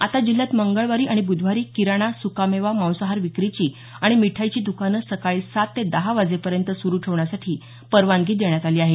आता जिल्ह्यात मंगळवारी आणि ब्धवारी किराणा सुकामेवा मांसाहार विक्रीची आणि मिठाईची दुकानं सकाळी सात ते दहा वाजेपर्यंत सुरू ठेवण्यासाठी परवानगी देण्यात आली आहे